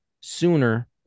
sooner